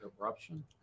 corruption